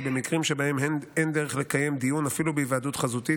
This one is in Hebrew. כי במקרים שבהם אין דרך לקיים דיון אפילו בהיוועדות חזותית,